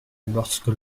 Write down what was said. lorsque